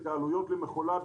את העלויות למכולה,